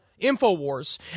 InfoWars